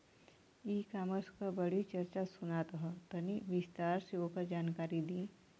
E commerce क बड़ी चर्चा सुनात ह तनि विस्तार से ओकर जानकारी दी?